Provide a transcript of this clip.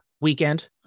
weekend